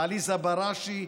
לעליזה בראשי,